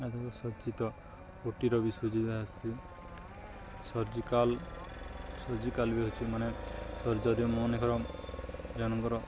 ଆଧୁରୁ ସଜିତ କୋଟିର ବି ସୁବିଧା ଆସିଛି ସର୍ଜିକାଲ୍ ସର୍ଜିକାଲ୍ ବି ହେଉଛି ମାନେ ସର୍ଜରୀରେ ମନେକର ଜଣଙ୍କର